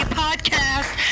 podcast